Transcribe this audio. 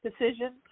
decision